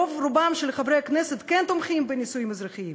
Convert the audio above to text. רוב-רובם של חברי הכנסת כן תומכים בנישואים אזרחיים,